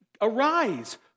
Arise